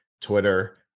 Twitter